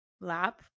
lap